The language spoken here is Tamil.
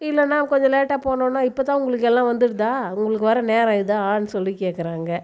இல்லைனா கொஞ்சம் லேட்டாக போனோம்னா இப்போ தான் உங்களுக்கு எல்லாம் வந்துடுதா உங்களுக்கு வர நேரம் இதான்னு சொல்லி கேட்குறாங்க